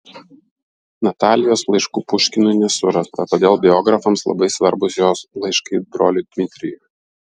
natalijos laiškų puškinui nesurasta todėl biografams labai svarbūs jos laiškai broliui dmitrijui